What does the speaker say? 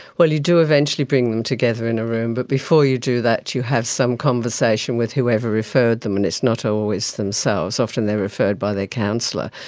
well, you do eventually bring them together in a room, but before you do that you have some conversation with whoever referred them, and it's not always themselves. often they're referred by their counsellor,